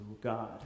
God